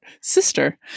Sister